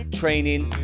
training